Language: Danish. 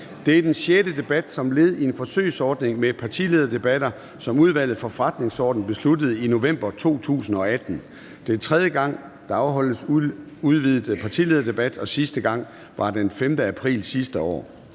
er den sjette debat som led i en forsøgsordning med partilederdebatter, som Udvalget for Forretningsordenen besluttede i november 2018. Det er tredje gang, der afholdes udvidet partilederdebat, og sidste gang var den 5. april sidste år.